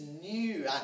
new